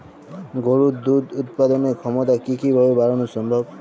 গরুর দুধ উৎপাদনের ক্ষমতা কি কি ভাবে বাড়ানো সম্ভব?